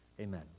Amen